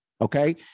Okay